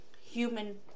human